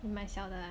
你买小的啊